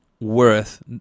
worth